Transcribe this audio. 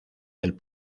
del